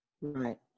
Right